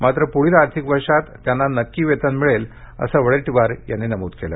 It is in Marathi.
मात्र पुढील आर्थिक वर्षात त्यांना नक्की वेतन मिळेल असं वडेट्टीवार यांनी नमूद केलं